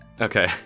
okay